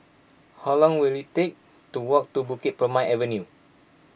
how long will it take to walk to Bukit Purmei Avenue